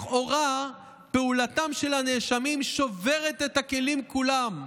לכאורה, פעולתם של הנאשמים שוברת את הכלים כולם.